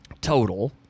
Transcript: total